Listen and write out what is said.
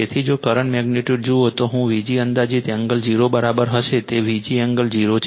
તેથી જો current magnitude જુઓ તો હું Vg અંદાજિત એંગલ 0 બરાબર હશે તે Vg એંગલ 0 છે